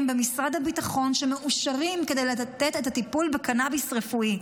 במשרד הביטחון שמאושרים כדי לתת את הטיפול בקנביס רפואי.